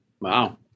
Wow